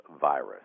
virus